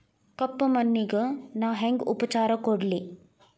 ಕಪ್ಪ ಮಣ್ಣಿಗ ನಾ ಹೆಂಗ್ ಉಪಚಾರ ಕೊಡ್ಲಿ?